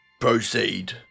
proceed